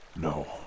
No